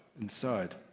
inside